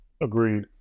Agreed